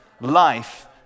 Life